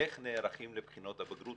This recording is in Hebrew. איך נערכים לבחינות הבגרות?